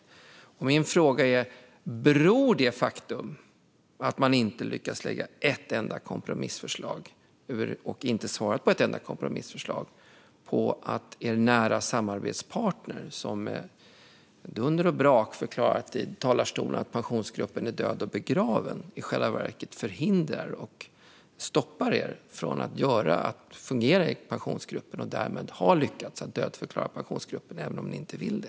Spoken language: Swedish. Min fråga är: Beror det faktum att man inte har lyckats lägga ett enda kompromissförslag och inte svarat på ett enda kompromissförslag på att er nära samarbetspartner, som med dunder och brak har förklarat i talarstolen att Pensionsgruppen är död och begraven, i själva verket förhindrar och stoppar er från att fungera i Pensionsgruppen och därmed har lyckats med att dödförklara Pensionsgruppen även om ni inte vill det?